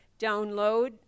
download